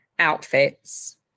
Outfits